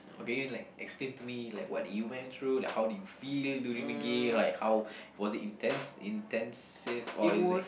okay you mean like explain to me like what did you went through like how do you feel during the game like how was it intense intensive or is it